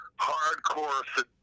hardcore